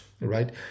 right